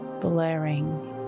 blaring